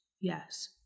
Yes